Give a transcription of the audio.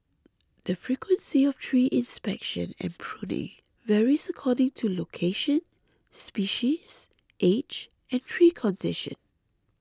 the frequency of tree inspection and pruning varies according to location species age and tree condition